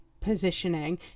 positioning